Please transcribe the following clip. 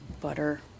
butter